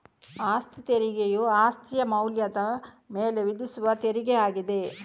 ಅಸ್ತಿ ತೆರಿಗೆಯು ಅಸ್ತಿಯ ಮೌಲ್ಯದ ಮೇಲೆ ವಿಧಿಸುವ ತೆರಿಗೆ ಆಗಿದೆ